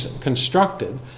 constructed